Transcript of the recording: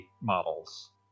models